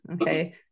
okay